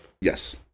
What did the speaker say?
yes